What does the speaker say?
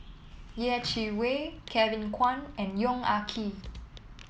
Yeh Chi Wei Kevin Kwan and Yong Ah Kee